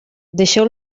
deixeu